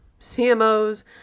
CMOs